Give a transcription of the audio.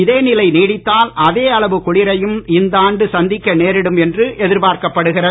இதே நிலை நீடித்தால் அதே அளவு குளிரையும் இந்த ஆண்டு சந்திக்க நேரிடும் என்று எதிர்பார்க்கப்படுகிறது